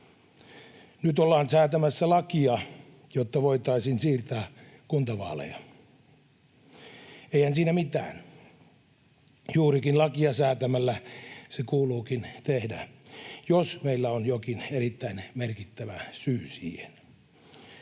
Nyt ollaan säätämässä lakia, jotta voitaisiin siirtää kuntavaaleja. Eihän siinä mitään, juurikin lakia säätämällä se kuuluukin tehdä, jos meillä on jokin erittäin merkittävä syy siihen.